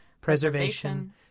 preservation